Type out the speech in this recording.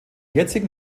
jetzigen